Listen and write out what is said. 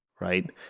Right